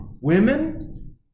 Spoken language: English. Women